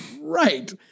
Right